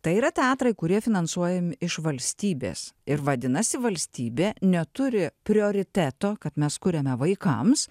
tai yra teatrai kurie finansuojami iš valstybės ir vadinasi valstybė neturi prioriteto kad mes kuriame vaikams